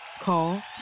Call